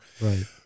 Right